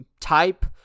type